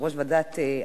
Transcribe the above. ויושב-ראש ועדת הכנסת.